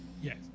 Yes